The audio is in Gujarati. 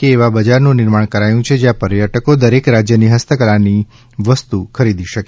એકતા મોલ તરીકે એવા બજારનું નિર્માણ કરાયું છે ત્યાં પર્યટકો દરેક રાજ્ય ની હસ્તકળા ની વસ્તુ ખરીદી શકે